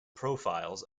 profiles